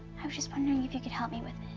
i was just wondering if you could help me with